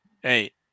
Hey